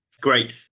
Great